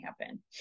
happen